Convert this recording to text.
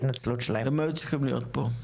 הם היו צריכים להיות פה.